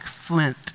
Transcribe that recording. flint